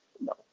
No